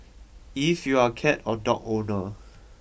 if you are a cat or dog owner